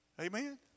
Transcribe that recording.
Amen